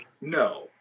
No